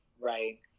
Right